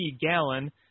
Gallon